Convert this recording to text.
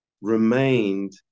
remained